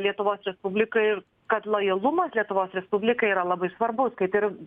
lietuvos respublikai ir kad lojalumas lietuvos respublikai yra labai svarbus kaip ir